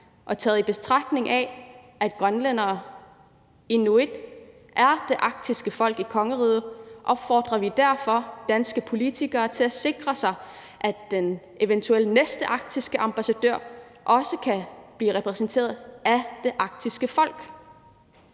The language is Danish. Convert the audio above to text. og i betragtning af, at grønlændere – inuit – er det arktiske folk i kongeriget, opfordrer vi derfor danske politikere til at sikre, at den eventuelle næste arktiske ambassadør også kan blive repræsenteret af det arktiske folk.